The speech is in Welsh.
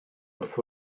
wrth